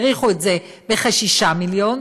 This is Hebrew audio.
העריכו את זה בכ-6 מיליון,